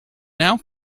now